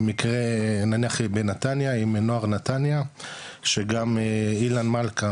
מקרה נניח בנתניה עם נוער נתניה שגם אילן מלכה